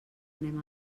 anem